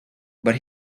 but